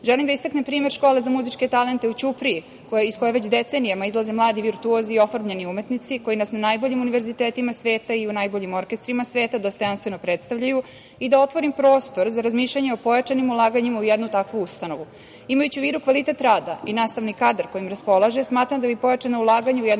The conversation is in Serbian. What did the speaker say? da istaknem primer škole za muzičke talente u Ćupriji, iz koje već decenijama izlaze mladi virtuozi i oformljeni umetnici koji nas na najboljim univerzitetima sveta i u najboljim orkestrima sveta dostojanstveno predstavljaju i da otvorim prostor za razmišljanje o pojačanim ulaganjima u jednu takvu ustanovu. Imajući u vidu kvalitet rada i nastavni kadar kojim raspolaže, smatram da bi pojačana ulaganja u jednu takvu umetničku